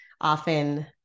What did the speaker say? often